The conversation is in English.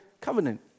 covenant